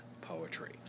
poetry